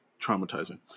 traumatizing